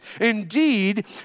Indeed